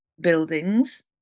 buildings